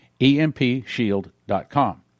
empshield.com